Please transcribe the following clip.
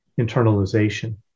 internalization